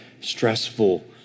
stressful